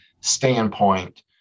standpoint